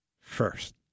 first